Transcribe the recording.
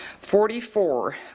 Forty-four